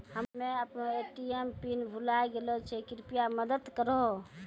हम्मे अपनो ATM PIN भुलाय गेलो छियै, कृपया मदत करहो